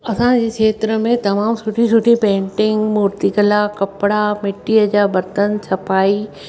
असांजे खेत्र में तमामु सुठी सुठी पेंटिंग मुर्तिकला कपिड़ा मिट्टीअ जा बर्तन छपाई